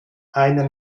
einer